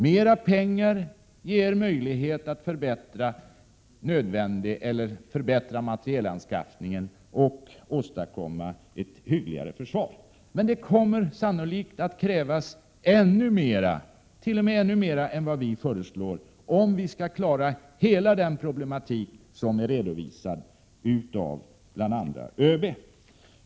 Dessa pengar ger möjlighet att förbättra materielanskaffningen och åstadkomma ett hyggligare försvar. Men det kommer sannolikt att krävas mer än vad vi för närvarande föreslår, om vi skall klara hela den problematik som är redovisad av bl.a. ÖB.